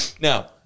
Now